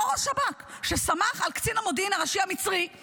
אותו ראש שב"כ שסמך על קצין המודיעין הראשי המצרי,